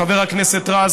חבר הכנסת רז,